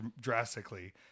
drastically